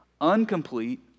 incomplete